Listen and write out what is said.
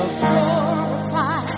glorify